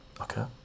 okay